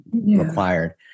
required